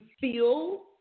feel